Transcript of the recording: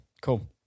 cool